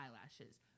eyelashes